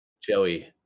joey